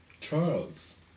Charles